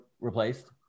replaced